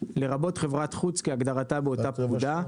לרבות חברת חוץ כהגדרתה באותה פקודה,